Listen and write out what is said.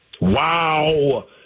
Wow